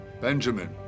Benjamin